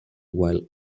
while